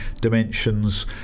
dimensions